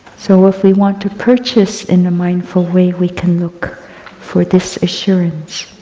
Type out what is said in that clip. so if we want to purchase in a mindful way, we can look for this assurance.